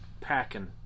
packing